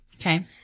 Okay